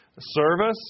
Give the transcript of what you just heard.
Service